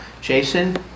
Jason